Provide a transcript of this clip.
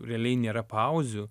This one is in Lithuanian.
realiai nėra pauzių